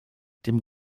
dem